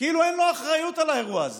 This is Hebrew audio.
כאילו אין לו אחריות על האירוע הזה.